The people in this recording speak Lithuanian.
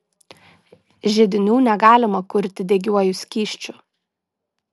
židinių negalima kurti degiuoju skysčiu